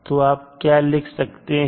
तो आप क्या लिख सकते हैं